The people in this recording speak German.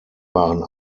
waren